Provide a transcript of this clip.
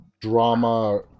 drama